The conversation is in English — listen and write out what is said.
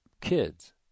kids